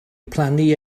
plannu